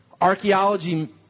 Archaeology